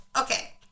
Okay